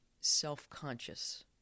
self-conscious